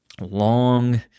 long